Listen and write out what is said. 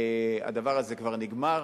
הדבר הזה כבר נגמר.